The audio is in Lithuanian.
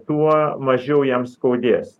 tuo mažiau jam skaudės